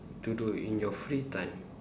to do in your free time